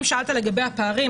אם שאלת לגבי הפערים,